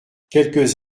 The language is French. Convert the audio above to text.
quelques